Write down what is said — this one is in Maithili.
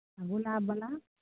गुलाब बला